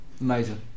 Amazing